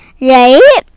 right